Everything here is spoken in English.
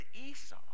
esau